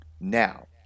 now